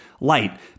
light